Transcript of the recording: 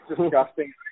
disgusting